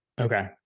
Okay